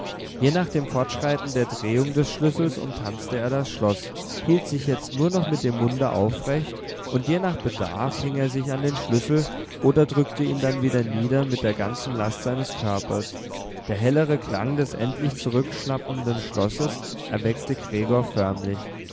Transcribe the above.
je nach dem fortschreiten der drehung des schlüssels umtanzte er das schloß hielt sich jetzt nur noch mit dem munde aufrecht und je nach bedarf hing er sich an den schlüssel oder drückte ihn dann wieder nieder mit der ganzen last seines körpers der hellere klang des endlich zurückschnappenden schlosses erweckte gregor förmlich